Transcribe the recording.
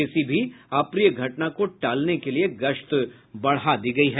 किसी भी अप्रिय घटना को टालने के लिए गश्त बढ़ा दी गई है